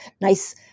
nice